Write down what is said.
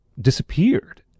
disappeared